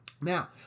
Now